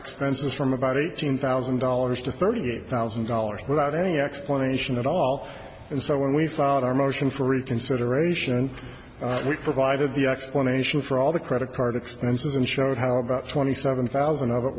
expenses from about eighteen thousand dollars to thirty eight thousand dollars without any explanation at all and so when we filed our motion for reconsideration we provided the explanation for all the credit card expenses and showed how about twenty seven thousand of it